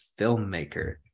filmmaker